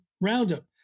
Roundup